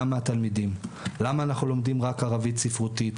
מהתלמידים: למה אנחנו לומדים רק ערבית ספרותית?